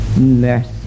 Mercy